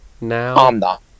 Now